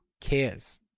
cares